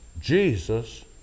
Jesus